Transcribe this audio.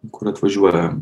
kur atvažiuoja